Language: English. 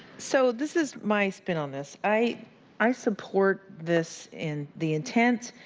so this is my spin on this. i i support this in the intent,